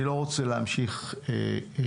אני לא רוצה להמשיך הלאה.